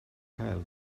cael